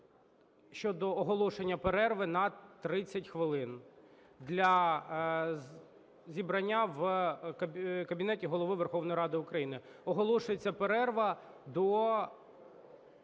щодо оголошення перерви на 30 хвилин для зібрання в кабінеті Голови Верховної Ради України. Оголошується перерва до